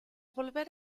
volver